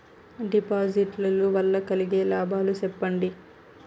డిపాజిట్లు లు వల్ల కలిగే లాభాలు సెప్పండి?